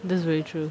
that's very true